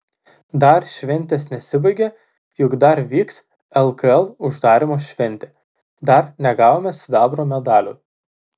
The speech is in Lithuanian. dar šventės nesibaigė juk dar vyks lkl uždarymo šventė dar negavome sidabro medalių